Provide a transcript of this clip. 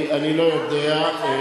אני לא יודע.